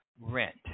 rent